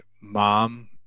mom